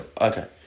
Okay